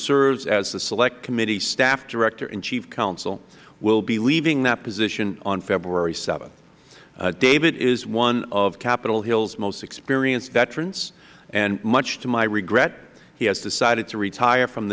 serves as the select committee's staff director and chief counsel will be leaving that position on february th david is one of capitol hill's most experienced veterans and much to my regret he has decided to retire from